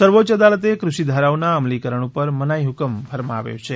સર્વોચ્ય અદાલતે ક્રષિ ધારાઓના અમલીકરણ ઉપર મનાઇહ્કમ ફરમાવ્યો છે